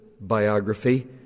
biography